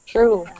True